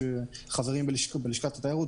שחברים בלשכת התיירות,